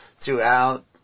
throughout